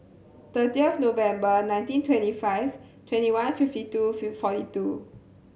thirty of November nineteen twenty five twenty one fifty two forty two